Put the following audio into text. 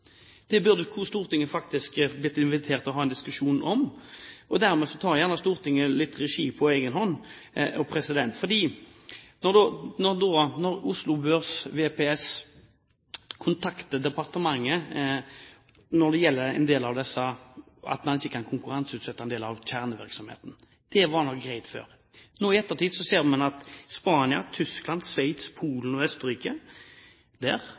Det burde Stortinget faktisk blitt invitert til å ha en diskusjon om. Dermed tar Stortinget gjerne litt regi på egen hånd. For når Oslo Børs VPS kontakter departementet når det gjelder det at man ikke kan konkurranseutsette en del av kjernevirksomheten – ja, så var det greit før. Nå i ettertid ser man at Spania, Tyskland, Sveits, Polen og Østerrike